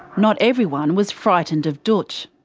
not everyone was frightened of dootch.